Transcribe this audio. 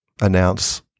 Announce